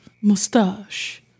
mustache